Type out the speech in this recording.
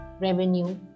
revenue